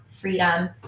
freedom